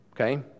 Okay